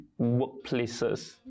workplaces